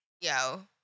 Yo